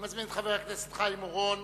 אני מזמין את חבר הכנסת חיים אורון